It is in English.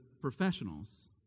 professionals